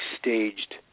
staged